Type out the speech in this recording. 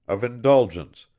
of indulgence,